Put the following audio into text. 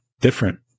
different